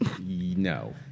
no